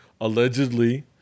allegedly